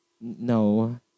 No